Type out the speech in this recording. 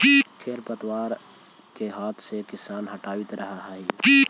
खेर पतवार के हाथ से किसान हटावित रहऽ हई